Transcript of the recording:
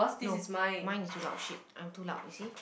no mine is too loud !shit! I'm too loud you see